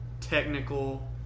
technical